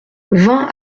vingt